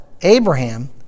Abraham